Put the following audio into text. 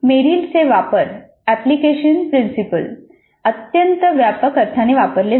मेरिलचे वापर तत्व अत्यंत व्यापक अर्थाने वापरले जाते